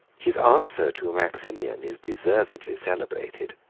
his answer to maximian is deservedly celebrated.